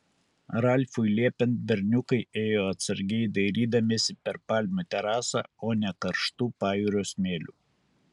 ralfui liepiant berniukai ėjo atsargiai dairydamiesi per palmių terasą o ne karštu pajūrio smėliu